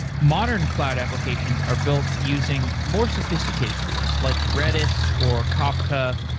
modern cloud applications are built using more sophisticated tools, like redis, or kafka,